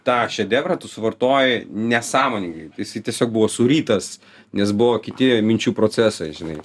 tą šedevrą tu suvartoji nesąmoningai tai jisai tiesiog buvo surytas nes buvo kiti minčių procesai žinai